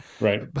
Right